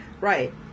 Right